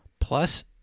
plus